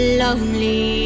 lonely